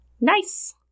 Nice